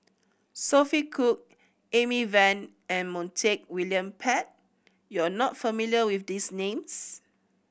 Sophia Cooke Amy Van and Montague William Pett you are not familiar with these names